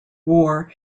war